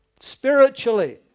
spiritually